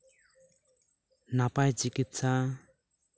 ᱱᱟᱯᱟᱭ ᱪᱤᱠᱤᱛᱥᱟ